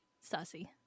sassy